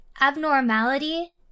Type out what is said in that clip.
abnormality